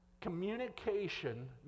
communication